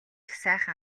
сайхан